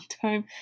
time